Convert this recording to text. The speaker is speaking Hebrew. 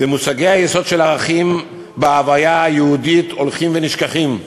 ומושגי היסוד של ערכים בהוויה היהודית הולכים ונשכחים.